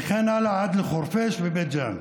וכן הלאה עד לחורפיש ובית ג'ן.